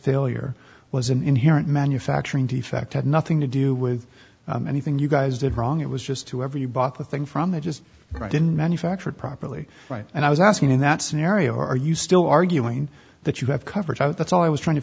failure was an inherent manufacturing defect had nothing to do with anything you guys did wrong it was just whoever you bought the thing from it just didn't manufactured properly right and i was asking in that scenario are you still arguing that you have coverage out that's all i was trying to